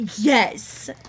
Yes